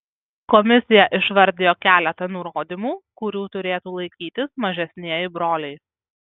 komisija išvardijo keletą nurodymų kurių turėtų laikytis mažesnieji broliai